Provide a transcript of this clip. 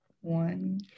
One